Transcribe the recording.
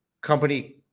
company